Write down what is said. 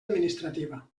administrativa